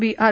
बी R